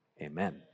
amen